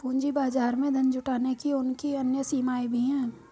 पूंजी बाजार में धन जुटाने की उनकी अन्य सीमाएँ भी हैं